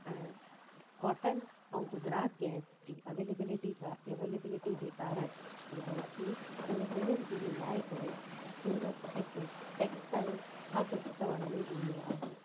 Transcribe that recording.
ऐं कॉटन ऐं गुजरात गैस जी अवेलेबिलिटी गा अवेलेबिलिटी जे कारण यानी की हिन ॿिन्हिनि जी मिलाए करे सूरत हिकु टैक्सटाइल हब चवण में ईंदो आहे